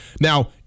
Now